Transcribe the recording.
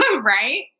Right